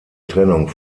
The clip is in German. trennung